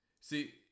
See